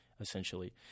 essentially